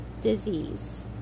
disease